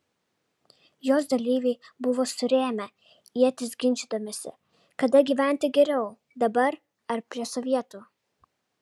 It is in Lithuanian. jos dalyviai buvo surėmę ietis ginčydamiesi kada gyventi geriau dabar ar prie sovietų